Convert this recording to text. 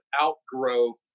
outgrowth